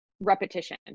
repetition